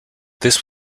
this